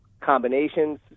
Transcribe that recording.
combinations